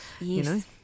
Yes